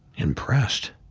impressed.